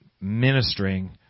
ministering